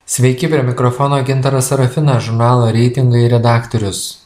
sveiki prie mikrofono gintaras serafinas žurnalo reitingai redaktorius